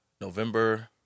november